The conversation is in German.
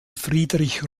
friedrich